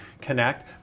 connect